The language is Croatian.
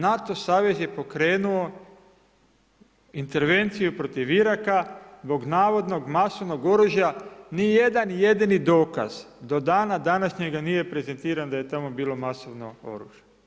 NATO savez je pokrenuo intervenciju protiv Iraka zbog navodnog masovnog oružja, ni jedan, jedini dokaz, do dana današnjega, nije prezentiran da je tamo bilo masovno oružje.